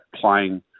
playing